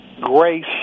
Grace